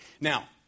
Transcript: Now